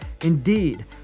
Indeed